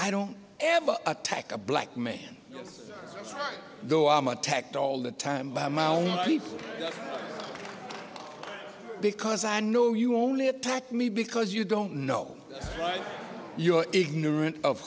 i don't ever attack a black man though i'm attacked all the time by my own people because i know you only attack me because you don't know you're ignorant of